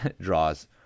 draws